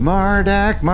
Mardak